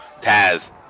Taz